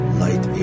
light